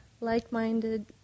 Like-minded